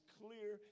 clear